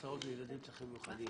הסעות לילדים עם צרכים מיוחדים,